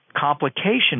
complication